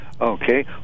Okay